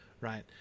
right